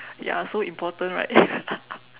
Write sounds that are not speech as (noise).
ya so important right (laughs)